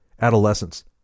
adolescence